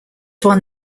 won